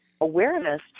awareness